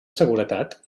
seguretat